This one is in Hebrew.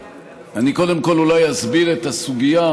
אני קודם כול אולי אסביר את הסוגיה,